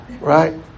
Right